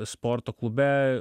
sporto klube